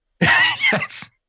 yes